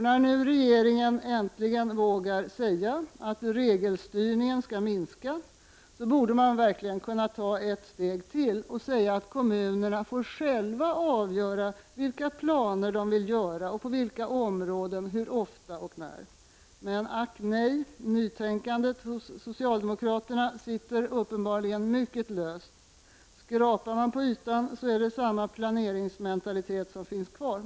När nu regeringen äntligen vågar säga att regelstyrningen skall minska, borde man kunna ta ett steg till och säga att kommunerna sjäva får avgöra vilka planer de vill göra, på vilka områden, hur ofta och när. Men, ack nej, nytänkandet hos socialdemokraterna sitter uppenbarligen mycket löst. Skrapar man på ytan är det samma planeringsmentalitet som finns kvar.